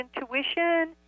intuition